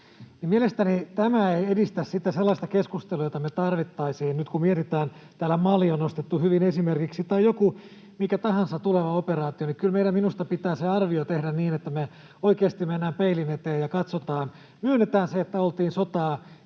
Mielestäni tämä ei edistä sitä sellaista keskustelua, jota me tarvittaisiin nyt, kun mietitään — täällä Mali on nostettu hyvin esimerkiksi — tulevia operaatioita. Kyllä meidän minusta pitää se arvio tehdä niin, että me oikeasti mennään peilin eteen ja katsotaan, myönnetään se, että oltiin sotaa